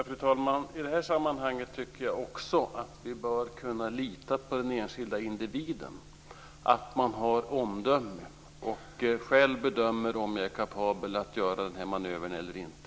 Fru talman! I det här sammanhanget tycker jag också att vi bör kunna lita på den enskilde individen, att man har omdöme och själv bedömer om man är kapabel att göra en manöver eller inte.